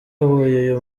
huye